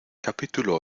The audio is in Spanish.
capítulo